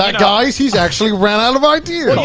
ah guys? he's actually ran out of ideas.